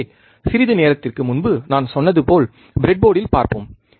எனவே சிறிது நேரத்திற்கு முன்பு நான் சொன்னது போல் பிரெட் போர்டில் பார்ப்போம்